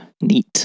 neat